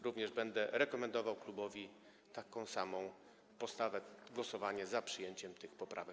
Również będę rekomendował klubowi taką samą postawę, głosowanie za przyjęciem tych poprawek.